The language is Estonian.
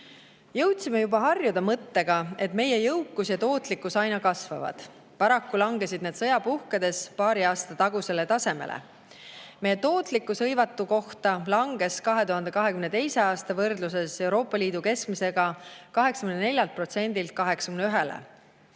Jõudsime juba harjuda mõttega, et meie jõukus ja tootlikkus aina kasvavad. Paraku langesid need sõja puhkedes paari aasta tagusele tasemele. Meie tootlikkus hõivatu kohta langes 2022. aasta võrdluses Euroopa Liidu keskmisega 84%‑lt